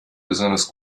besonders